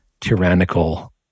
tyrannical